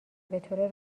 بطور